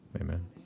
Amen